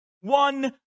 one